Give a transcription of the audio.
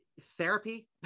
therapy